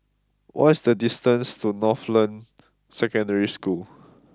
what is the distance to Northland Secondary School